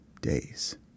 days